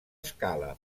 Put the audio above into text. scala